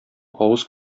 авыз